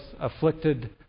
afflicted